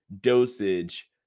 dosage